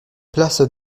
place